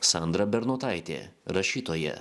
sandra bernotaitė rašytoja